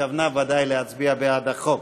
כשהתכוונה ודאי להצביע בעד החוק.